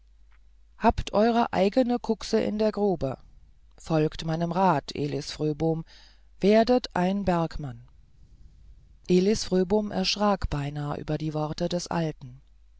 habt eure eigne kuxe in der grube folgt meinem rat elis fröbom werdet ein bergmann elis fröbom erschrak beinahe über die worte des alten